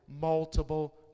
multiple